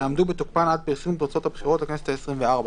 יעמדו בתוקפן עד פרסום תוצאות הבחירות לכנסת העשרים וארבע.